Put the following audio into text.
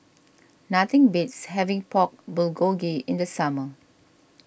nothing beats having Pork Bulgogi in the summer